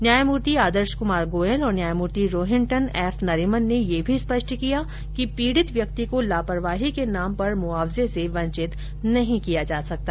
न्यायमूर्ति आदर्श कुमार गोयल और न्यायमूर्ति रोहिंटन एफ नरिमन ने यह भी स्पष्ट किया कि पीड़ित व्यक्ति को लापरवाही के नाम पर मुआवजे से वंचित नहीं किया जा सकता